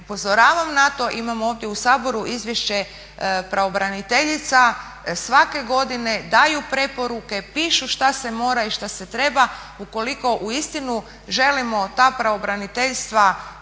Upozoravam na to, imamo ovdje u Saboru izvješće pravobraniteljica. Svake godine daju preporuke, pišu šta se mora i šta se treba. Ukoliko uistinu želimo ta pravobraniteljstva shvatit